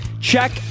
Check